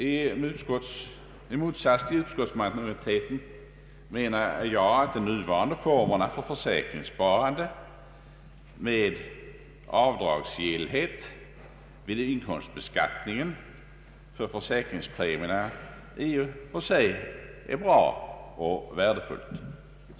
I motsats till utskottsmajoriteten anser jag att de nuvarande formerna för försäkringssparande, med avdragsrätt för försäkringspremierna vid inkomstbeskattningen, i och för sig är bra och värdefulla.